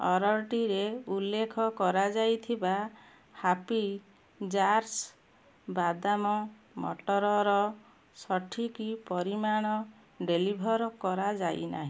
ଅର୍ଡ଼ର୍ଟିରେ ଉଲ୍ଲେଖ କରାଯାଇଥିବା ହାପ୍ପୀ ଜାର୍ସ ବାଦାମ ବଟରର ସଠିକ୍ ପରିମାଣ ଡେଲିଭର୍ କରାଯାଇ ନାହିଁ